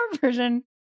version